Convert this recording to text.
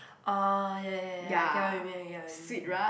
uh ya ya ya I get what you mean I get what you mean